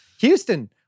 Houston